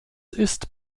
ist